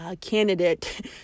candidate